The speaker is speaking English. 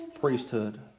priesthood